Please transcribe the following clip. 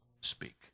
speak